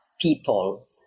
people